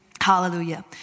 Hallelujah